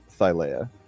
Thylea